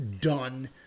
done